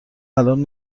الان